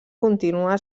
continua